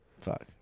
Fuck